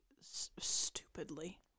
stupidly